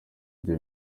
ibyo